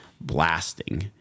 blasting